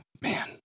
Man